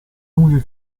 lunghe